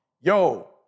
yo